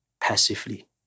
passively